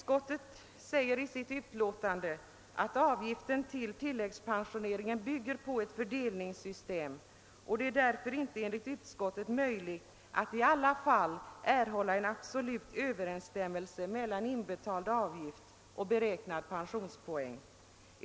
Utskottet säger i sitt utlåtande att avgiften till tilläggspensioneringen bygger på ett fördelningssystem och det är därför enligt utskottets mening inte möjligt att i alla fall erhålla en absolut överensstämmelse mellan inbetald avgift och beräknad pensionspoäng.